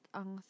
ang